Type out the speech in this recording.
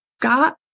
got